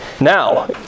Now